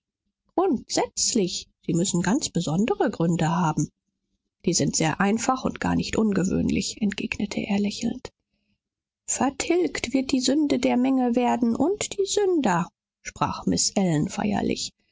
grundsätzlich sie müssen ganz besondere gründe haben die sind sehr einfach und gar nicht ungewöhnlich entgegnete er lächelnd vertilgt wird die sünde der menge werden und die sünder sprach miß ellen feierlich